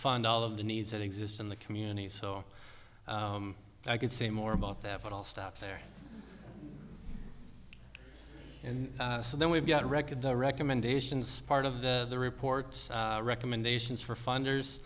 fund all of the needs that exist in the community so i could say more about that but i'll stop there and so then we've got to record the recommendations part of the report's recommendations for funders